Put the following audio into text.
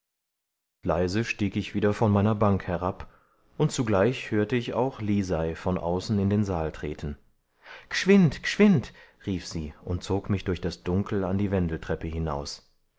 leise stieg ich wieder von meiner bank herab und zugleich hörte ich auch lisei von außen in den saal treten g'schwind g'schwind rief sie und zog mich durch das dunkel an die wendeltreppe hinaus